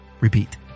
repeat